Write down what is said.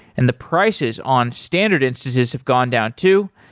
and the prices on standard instances have gone down too.